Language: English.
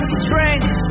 strength